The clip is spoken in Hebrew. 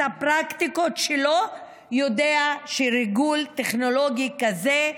הפרקטיקות שלו יודע שריגול טכנולוגי כזה,